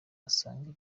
agasanga